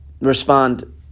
respond